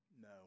No